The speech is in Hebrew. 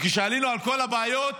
כשעלינו על כל הבעיות